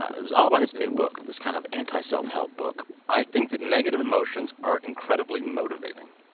ah it was all about his new book this kind of anti-self-help book i think that negative emotions are incredibly motivating.